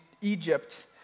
Egypt